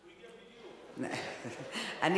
בבקשה, חבר הכנסת אמנון כהן.